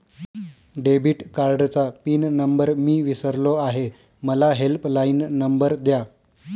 debit कार्डचा pin number मी विसरलो आहे मला हेल्पलाइन नंबर द्या